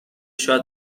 شاید